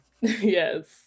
Yes